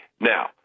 Now